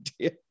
idea